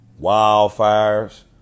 Wildfires